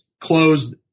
closed